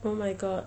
oh my god